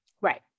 Right